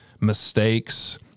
mistakes